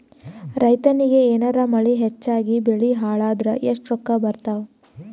ರೈತನಿಗ ಏನಾರ ಮಳಿ ಹೆಚ್ಚಾಗಿಬೆಳಿ ಹಾಳಾದರ ಎಷ್ಟುರೊಕ್ಕಾ ಬರತ್ತಾವ?